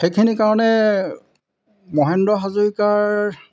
সেইখিনিৰ কাৰণে মহেন্দ্ৰ হাজৰিকাৰ